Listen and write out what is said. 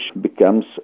becomes